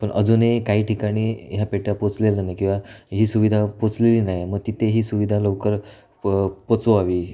पण अजूनही काही ठिकाणी या पेट्या पोचलेल्या नाही किंवा ही सुविधा पोचलेली नाही मग तिथे ही सुविधा लवकरच प पोचवावी